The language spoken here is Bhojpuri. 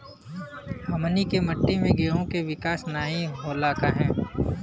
हमनी के मिट्टी में गेहूँ के विकास नहीं होला काहे?